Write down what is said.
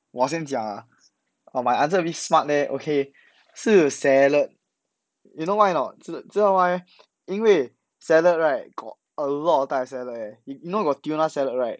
我先讲啊 but my answer very smart leh okay 是 salad you know why or not 知道吗因为 salad right got a lot of type of salad leh you know got tuna salad right